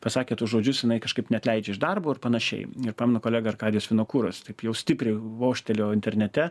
pasakė tuos žodžius jinai kažkaip neatleidžia iš darbo ir panašiai ir pamenu kolega arkadijus vinokuras taip jau stipriai vožtelėjo internete